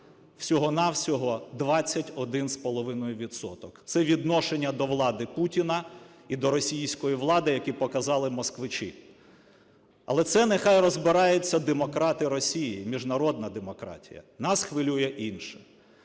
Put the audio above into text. всього-на-всього 21,5 відсоток. Це відношення до влади Путіна і до російської влади, які показали москвичі. Але це нехай розбираються демократи Росії і міжнародна демократія, нас хвилює інше.